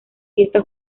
fiesta